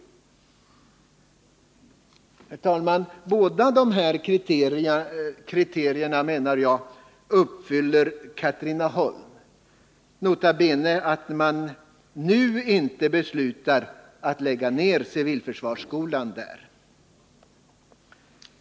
Båda dessa kriterier uppfyller Katrineholm — nota bene att man inte nu beslutar att lägga ned civilförsvarsskolan där.